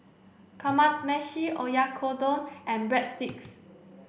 Kamameshi Oyakodon and Breadsticks